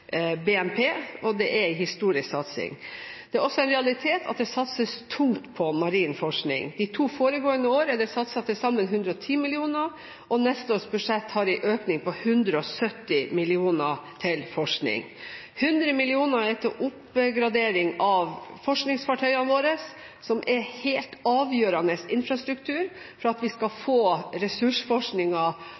realitet at det satses tungt på marin forskning. De to foregående år er det satset til sammen 110 mill. kr, og neste års budsjett har en økning på 170 mill. kr til forskning. 100 mill. kr er til oppgradering av forskningsfartøyene våre, som er helt avgjørende infrastruktur for at vi skal få